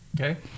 okay